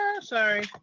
sorry